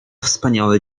wspaniałe